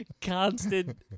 constant